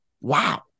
wow